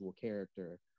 character